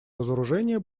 разоружения